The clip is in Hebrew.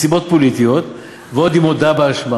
מסיבות פוליטיות, ועוד היא מודה באשמה.